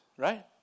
Right